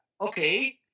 Okay